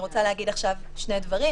אני רוצה להגיד עכשיו שני דברים.